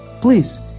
please